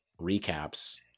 recaps